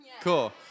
Cool